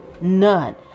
None